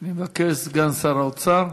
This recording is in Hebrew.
אני מבקש, סגן שר האוצר,